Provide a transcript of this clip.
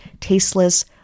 tasteless